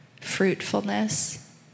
fruitfulness